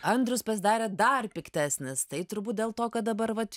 andrius pasidarė dar piktesnis tai turbūt dėl to kad dabar vat